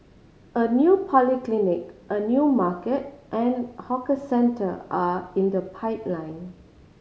a new polyclinic a new market and hawker centre are in the pipeline